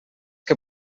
que